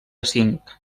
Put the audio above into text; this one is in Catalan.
cinc